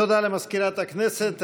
תודה למזכירת הכנסת.